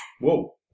Whoa